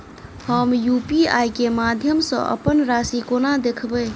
हम यु.पी.आई केँ माध्यम सँ अप्पन राशि कोना देखबै?